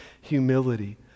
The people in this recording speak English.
humility